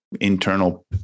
internal